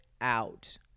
out